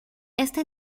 este